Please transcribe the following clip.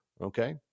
Okay